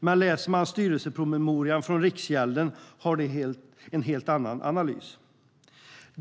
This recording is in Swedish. Men läser man styrelsepromemorian från Riksgälden har de en helt annan analys.